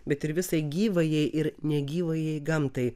bet ir visai gyvajai ir negyvajai gamtai